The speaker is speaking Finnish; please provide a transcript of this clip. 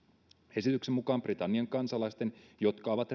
esityksen mukaan britannian kansalaisten jotka ovat